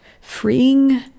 freeing